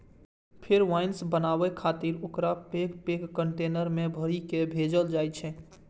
फेर वाइन बनाबै खातिर ओकरा पैघ पैघ कंटेनर मे भरि कें भेजल जाइ छै